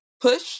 Push